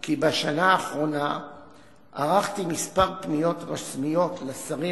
כי בשנה האחרונה ערכתי כמה פניות רשמיות לשרים